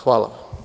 Hvala.